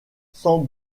sans